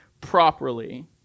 properly